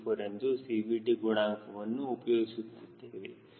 04 ಎಂದು CVT ಗುಣಾಂಕವನ್ನು ಉಪಯೋಗಿಸುತ್ತೇವೆ